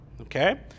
Okay